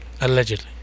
Allegedly